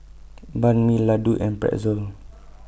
Banh MI Ladoo and Pretzel